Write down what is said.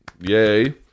yay